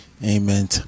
Amen